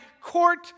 court